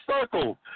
circles